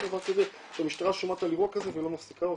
אין דבר כזה שהמשטרה שומעת על אירוע כזה ולא מפסיקה אותו,